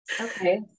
Okay